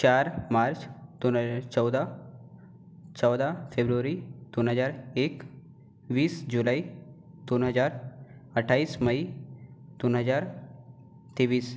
चार मार्च दोन हजार चौदा चौदा फेब्रुवरी दोन हजार एक वीस जुलाई दोन हजार अठ्ठावीस मई दोन हजार तेवीस